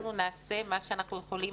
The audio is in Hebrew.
אנחנו נעשה מה שאנחנו יכולים.